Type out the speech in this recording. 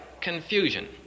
confusion